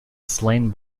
slain